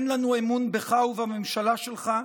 אין לנו אמון בך ובממשלה שלך,